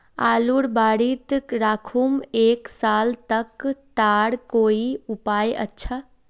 आलूर बारित राखुम एक साल तक तार कोई उपाय अच्छा?